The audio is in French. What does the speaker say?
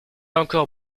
encore